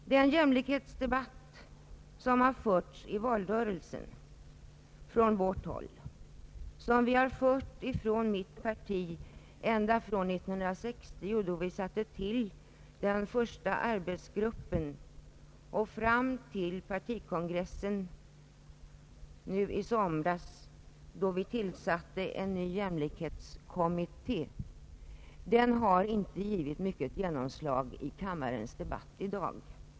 Den jämlikhetsdebatt som i valrörelsen förts av mitt parti ända från 1960, då vi tillsatte den första arbetsgruppen, och fram till partikongressen i somras, då vi tillsatte en ny jämlikhetskommitté, har inte slagit igenom mycket i kammarens debatt i dag.